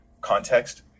context